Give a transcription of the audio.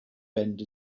bend